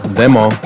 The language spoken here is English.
demo